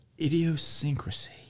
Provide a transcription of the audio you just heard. Idiosyncrasy